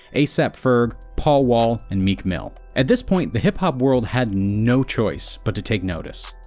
a so ap ferg, paul wall and meek mill. at this point, the hip hop world had no choice but to take notice.